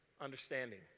understanding